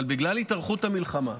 אבל בגלל התארכות המלחמה,